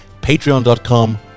Patreon.com